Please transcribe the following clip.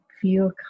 feel